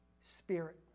spirit